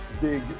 big